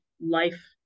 life